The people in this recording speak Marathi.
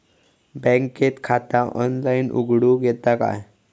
बँकेत खाता ऑनलाइन उघडूक येता काय?